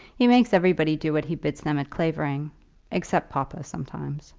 he makes everybody do what he bids them at clavering except papa, sometimes.